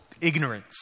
ignorance